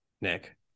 Nick